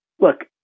look